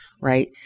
Right